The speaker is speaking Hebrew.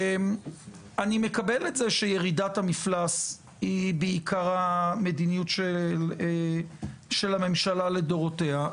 אני מקבל את זה שירידת המפלס היא בעיקרה מדיניות של הממשלה לדורותיה.